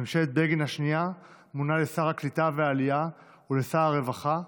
בממשלת בגין השנייה מונה לשר הקליטה והעלייה ולשר הרווחה,